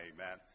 Amen